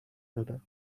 دادم